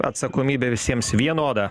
atsakomybė visiems vienoda